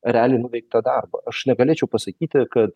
realiai nuveiktą darbą aš negalėčiau pasakyti kad